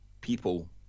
people